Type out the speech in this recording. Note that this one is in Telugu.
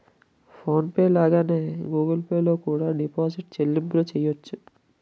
ఫోన్ పే లాగానే గూగుల్ పే లో కూడా డిజిటల్ చెల్లింపులు చెయ్యొచ్చు